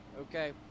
okay